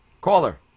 Caller